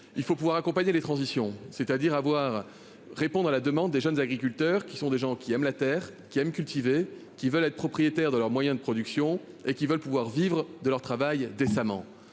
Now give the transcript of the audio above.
Il faut pouvoir accompagner les transitions c'est-à-dire à voir répondre à la demande des jeunes agriculteurs qui sont des gens qui aiment la terre qui aime cultiver qui veulent être propriétaires de leurs moyens de production et qui veulent pouvoir vivre de leur travail décemment